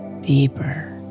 deeper